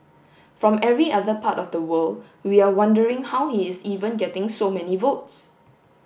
from every other part of the world we are wondering how he is even getting so many votes